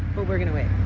but we're gonna wave.